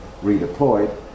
redeployed